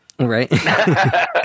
Right